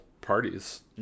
parties